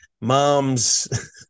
mom's